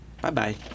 Bye-bye